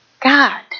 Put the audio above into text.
God